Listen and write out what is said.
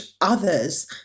others